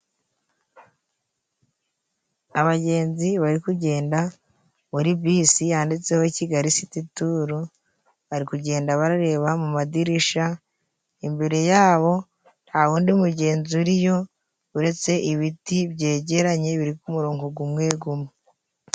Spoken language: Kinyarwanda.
Abagenzi bari kugenda muri bisi yanditseho kigari siti turu bari kugenda barareba mu madirisha, imbere yabo nta wundi mugenzi uriyo, uretse ibiti byegeranye biri ku murongo gumwe gumwe.